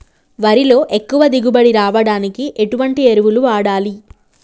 వరిలో ఎక్కువ దిగుబడి రావడానికి ఎటువంటి ఎరువులు వాడాలి?